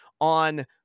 on